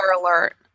alert